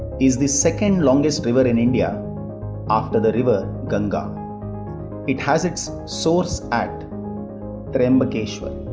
is the second largest river in india after the river ganga it has its source at trimbakeshwar